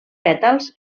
pètals